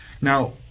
Now